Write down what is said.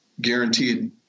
guaranteed